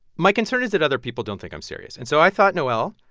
my concern is that other people don't think i'm serious. and so i thought, noel,